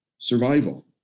survival